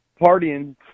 partying